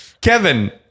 Kevin